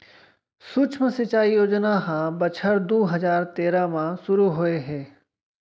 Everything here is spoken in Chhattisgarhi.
सुक्ष्म सिंचई योजना ह बछर दू हजार तेरा म सुरू होए हे